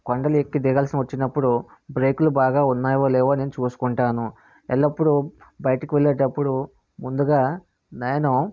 కొండలు ఎక్కి దిగాల్సి వచ్చినప్పుడు బ్రేకులు బాగా ఉన్నాయో లేవో అని చూసుకుంటాను ఎల్లప్పుడు బయటకు వెళ్ళేటప్పుడు ముందుగా నేను